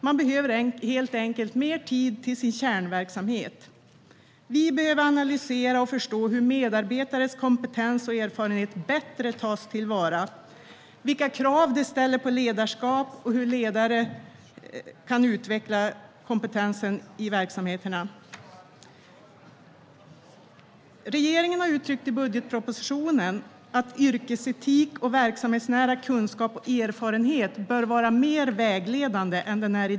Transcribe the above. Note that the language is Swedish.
Man behöver helt enkelt mer tid för sin kärnverksamhet. Vi behöver analysera och förstå hur medarbetares kompetens och erfarenhet tas till vara bättre, vilka krav det ställer på ledarskap och hur ledare kan utveckla kompetensen i verksamheterna. Regeringen har i budgetpropositionen uttryckt att yrkesetik och verksamhetsnära kunskap och erfarenhet bör vara mer vägledande än i dag.